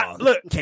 Look